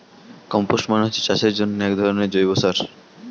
compost মানে হচ্ছে চাষের জন্যে একধরনের জৈব সার